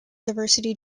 diversity